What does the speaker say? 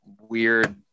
weird